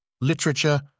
literature